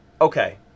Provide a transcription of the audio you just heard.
Okay